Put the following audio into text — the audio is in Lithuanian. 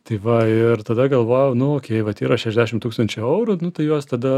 tai va ir tada galvojau nu vat yra šešiasdešim tūkstančių eurų nu tai juos tada